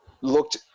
looked